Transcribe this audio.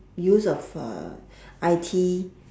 use of uh I_T